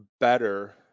better